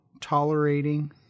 tolerating